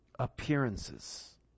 appearances